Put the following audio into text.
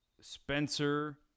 Spencer